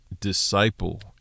disciple